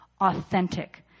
authentic